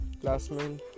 classmate